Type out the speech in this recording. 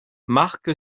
marque